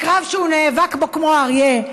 הקרב שהוא נאבק בו כמו אריה,